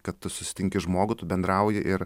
kad tu susitinki žmogų tu bendrauji ir